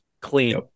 clean